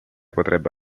potrebbe